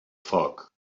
foc